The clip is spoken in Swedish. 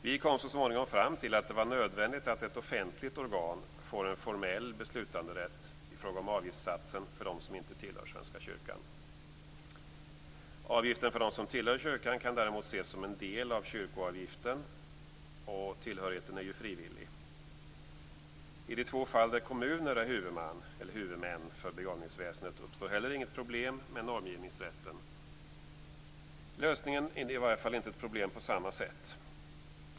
Vi kom så småningom fram till att det var nödvändigt att ett offentligt organ får en formell beslutanderätt i fråga om avgiftssatsen för dem som inte tillhör Svenska kyrkan. Avgiften för dem som tillhör kyrkan kan däremot ses som en del av kyrkoavgiften, och tillhörigheten är ju frivillig. I de två fall där kommuner är huvudmän för begravningsväsendet uppstår inte heller något problem med normgivningsrätten, i varje fall inte ett problem på samma sätt.